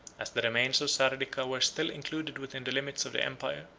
as the remains of sardica were still included within the limits of the empire,